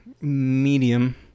medium